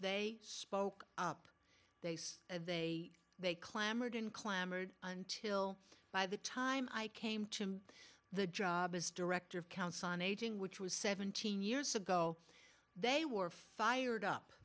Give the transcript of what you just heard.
they spoke up they said they they clamored and clamored until by the time i came to the job as director of council on aging which was seventeen years ago they were fired up